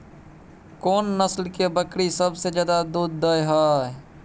कोन नस्ल के बकरी सबसे ज्यादा दूध दय हय?